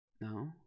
No